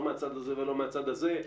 לא מהצד הזה ולא מהצד הזה,